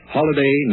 Holiday